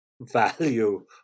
value